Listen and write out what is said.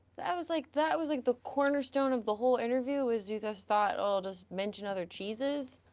that was like that was like the cornerstone of the whole interview is do this thought i'll just mention other cheeses.